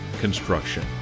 Construction